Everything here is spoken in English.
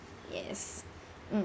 yes mm